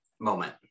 moment